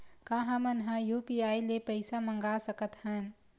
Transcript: का हमन ह यू.पी.आई ले पईसा मंगा सकत हन?